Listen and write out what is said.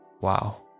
Wow